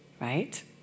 right